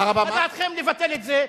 מה דעתכם לבטל את זה?